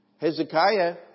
Hezekiah